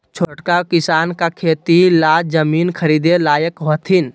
छोटका किसान का खेती ला जमीन ख़रीदे लायक हथीन?